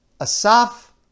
Asaf